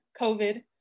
COVID